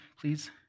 please